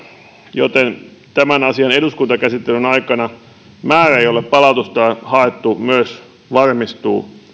joten tämän asian eduskuntakäsittelyn aikana määrä jolle palautusta on haettu myös varmistuu